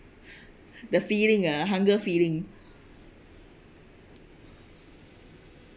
the feeling ah hunger feeling